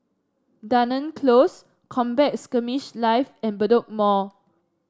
Dunearn Close Combat Skirmish Live and Bedok Mall